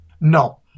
No